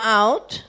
out